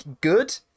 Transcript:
good